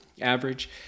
average